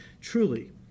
Truly